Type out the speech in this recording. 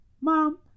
mom